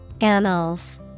Annals